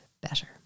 better